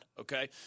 okay